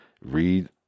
read